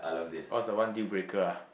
what's the one deal breaker ah